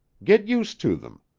get used to them.